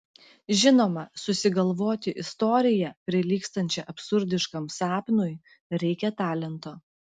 žinoma susigalvoti istoriją prilygstančią absurdiškam sapnui reikia talento